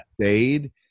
stayed